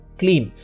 clean